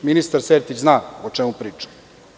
Ministar Sertić zna o čemu pričam.